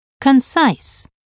Concise